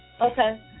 Okay